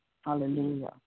Hallelujah